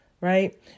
right